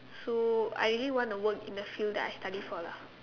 so I really want to work in a field that I study for lah